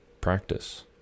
practice